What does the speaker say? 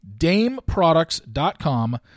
DameProducts.com